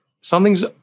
something's